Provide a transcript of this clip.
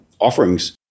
offerings